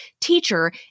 teacher